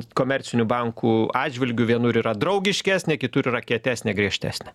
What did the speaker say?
komercinių bankų atžvilgiu vienur yra draugiškesnė kitur yra kietesnė griežtesnė